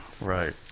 Right